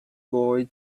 boy